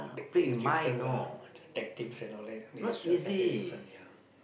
is different lah want to tag things and all that this very different ya